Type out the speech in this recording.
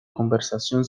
conversación